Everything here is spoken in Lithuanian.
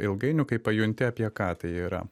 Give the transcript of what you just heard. ilgainiui kai pajunti apie ką tai yra